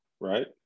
Right